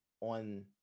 on